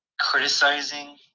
criticizing